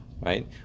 right